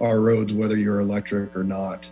our adss whether you're electric or not